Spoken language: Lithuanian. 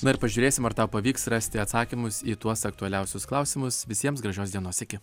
na ir pažiūrėsim ar tau pavyks rasti atsakymus į tuos aktualiausius klausimus visiems gražios dienos iki